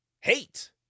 hate